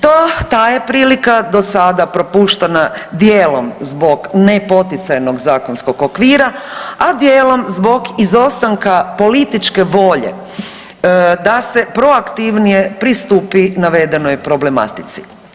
Ta je prilika do sada propuštana dijelom zbog nepoticajnog zakonskog okvira, a dijelom zbog izostanka političke volje da se proakativnije pristupi navedenoj problematici.